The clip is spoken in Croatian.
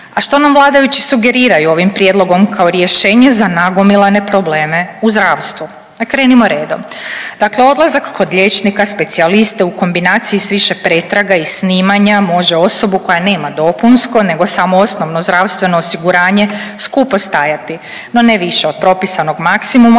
A što nam vladajući sugeriraju ovim prijedlogom kao rješenje za nagomilane probleme u zdravstvu. Pao krenimo redom. Dakle, odlazak kod liječnika specijaliste u kombinaciji sa više pretraga i snimanja može osobu koja nema dopunsko nego samo osnovno zdravstveno osiguranje skupo stajati, no ne više od propisanog maksimuma